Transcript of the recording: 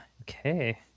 okay